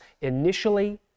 Initially